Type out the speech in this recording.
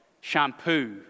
shampoo